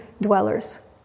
dwellers